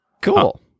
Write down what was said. Cool